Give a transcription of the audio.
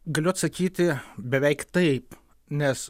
galiu atsakyti beveik taip nes